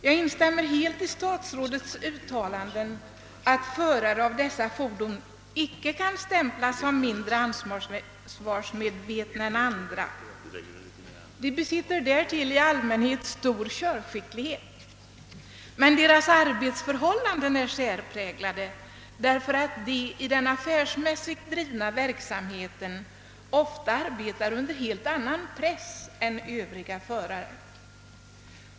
Jag instämmer helt i statsrådets uttalande att förare av dessa fordon icke kan stämplas som mindre ansvarsmedvetna än andra. De besitter därtill i allmänhet stor körskicklighet. Men deras arbetsförhållanden är särpräglade därför att de i den affärsmässigt drivna verksamheten ofta arbetar under en helt annan press än Övriga förare.